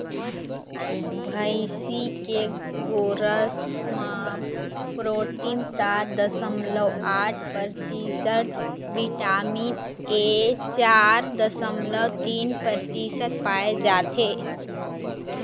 भइसी के गोरस म प्रोटीन सात दसमलव आठ परतिसत, बिटामिन ए चार दसमलव तीन परतिसत पाए जाथे